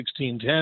1610